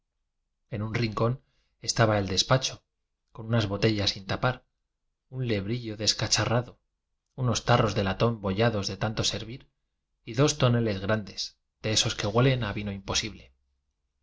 en un rincón estaba el despacho con unas botellas sin tapar un lebrillo descacharrado unos tarros de latón bollados de tanto servir y dos toneles grandes de esos que huelen a vino imposible